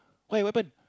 why what happen